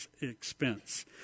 expense